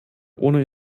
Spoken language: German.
ohne